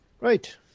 Right